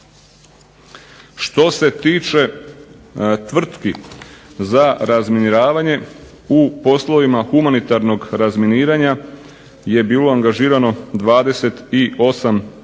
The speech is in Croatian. Što se tiče tvrtki za razminiravanje u poslovima humanitarnog razminiranja je bilo angažirano 28 tvrtki